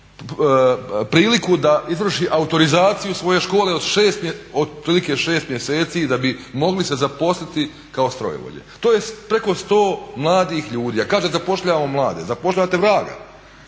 priliku da izvrši autorizaciju svoje škole od otprilike šest mjeseci da bi se mogli zaposliti kao strojovođe. To je preko 100 mladih ljudi, a kaže zapošljavamo mlade. Zapošljavate vraga.